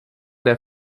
der